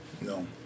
no